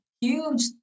huge